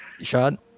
Sean